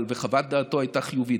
חוות דעתו הייתה חיובית.